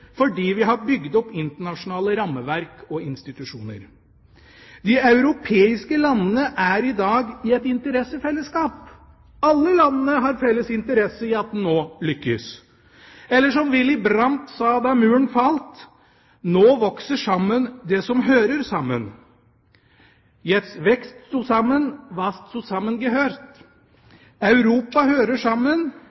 fordi vi har bygd opp internasjonale rammeverk og institusjoner. De europeiske landene er i dag i et interessefellesskap. Alle landene har felles interesse i at de nå lykkes. Som Willy Brandt sa da Muren falt: Nå vokser det sammen, det som hører sammen: «Jetzt wächst zusammen was zusammen gehört.» Europa hører sammen.